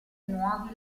nuovi